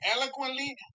eloquently